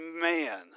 man